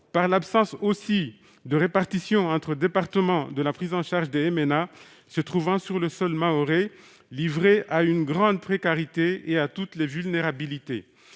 par l'absence de répartition entre départements de la prise en charge des MNA se trouvant sur le sol mahorais, lesquels sont livrés à une grande précarité et à toutes les vulnérabilités.